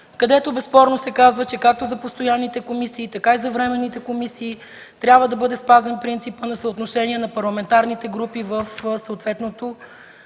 където безспорно се казва, че както за постоянните, така и за временните комисии трябва да бъде спазен принципът на съотношение на парламентарните групи в съответното,